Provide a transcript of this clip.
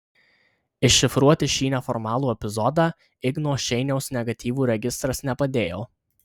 iššifruoti šį neformalų epizodą igno šeiniaus negatyvų registras nepadėjo